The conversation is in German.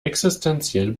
existenziell